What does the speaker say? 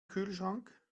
kühlschrank